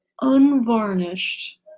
unvarnished